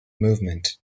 movement